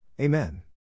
Amen